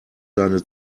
seine